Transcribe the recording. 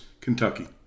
Kentucky